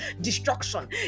destruction